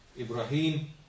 Ibrahim